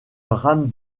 rame